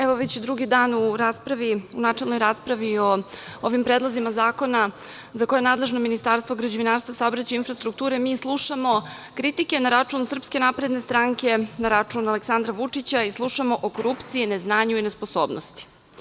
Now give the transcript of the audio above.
Evo već drugi dan u načelnoj raspravi o ovim predlozima zakona je nadležno Ministarstvo građevinarstva, saobraćaja i infrastrukture, mi slušamo kritike na račun SNS, na račun Aleksandra Vučića i slušamo o korupciji, neznanju i nesposobnosti.